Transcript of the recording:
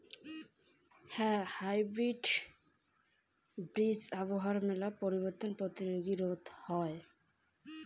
hybrid বীজ আবহাওয়ার মেলা পরিবর্তন প্রতিরোধী আর রোগ প্রতিরোধী